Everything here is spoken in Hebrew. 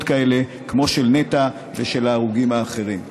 כאלה כמו של נטע ושל ההרוגים האחרים שנפלו.